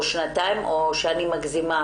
או שאני מגזימה